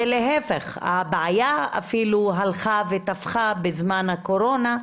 להפך: הבעיה אפילו הלכה ותפחה בזמן הקורונה,